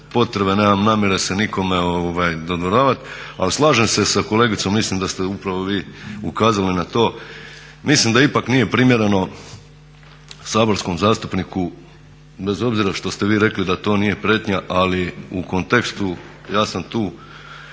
potrebe, nemam namjere se nikome dodvoravati ali slažem se sa kolegicom, mislim da ste upravo vi ukazali na to, mislim da ipak nije primjereno saborskom zastupniku bez obzira što ste vi rekli da to nije prijetnja ali u kontekstu ja sam tu